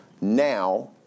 now